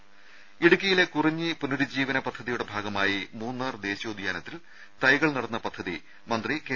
രദേ ഇടുക്കിയിലെ കുറിഞ്ഞി പുനരുജ്ജീവന പദ്ധതിയുടെ ഭാഗമായി മൂന്നാർ ദേശീയോദ്യാനത്തിൽ തൈകൾ നടുന്ന പദ്ധതി മന്ത്രി കെ